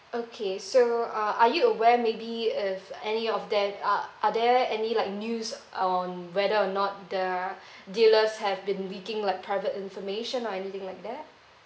okay so uh are you aware maybe if any of them are are there any like news on whether or not the dealers have been leaking like private information or anything like that